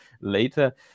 later